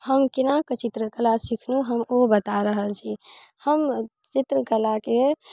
हम केना कऽ चित्र कला सीखलहुँ हम ओ बता रहल छी हम चित्र कलाके